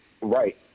Right